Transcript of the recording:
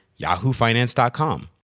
yahoofinance.com